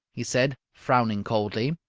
he said, frowning coldly.